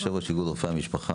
יושבת ראש איגוד רופאי המשפחה.